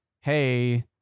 hey